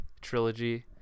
trilogy